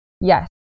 Yes